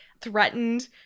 threatened